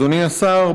אדוני השר,